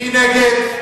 מי נגד?